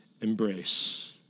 embrace